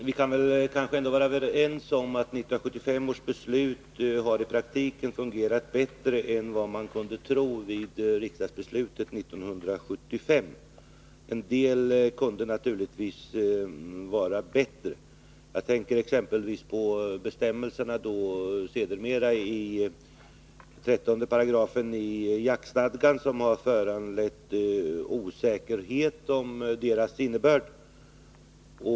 Fru talman! Vi kan vara överens om att 1975 års beslut i praktiken har fungerat bättre än man kunde tro vid riksdagsbeslutet 1975. En del kunde naturligtvis vara bättre — jag tänker exempelvis på bestämmelserna i 13 § i jaktstadgan, som har föranlett osäkerhet om vilken innebörden är.